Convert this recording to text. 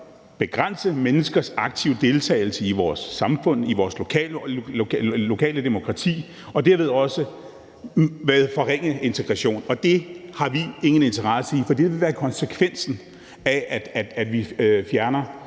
begrænse menneskers aktive deltagelse i vores samfund, i vores lokale demokrati og derved også forringe integrationen, og det har vi ingen interesse i. For det vil være konsekvensen af, at vi fjerner